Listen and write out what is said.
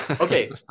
Okay